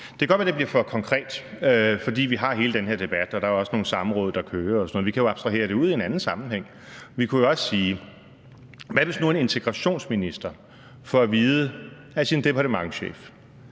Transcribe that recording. Det kan da godt være, det bliver for konkret, fordi vi har hele den her debat og der også er nogle samråd, der kører, og sådan noget, så vi kan jo abstrahere det ud i en anden sammenhæng. Hvad nu, hvis en integrationsminister får at vide af sin departementschef,